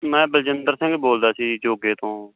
ਮੈਂ ਬਲਜਿੰਦਰ ਸਿੰਘ ਬੋਲਦਾ ਸੀ ਜੋਗੇ ਤੋਂ